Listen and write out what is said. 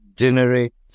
generate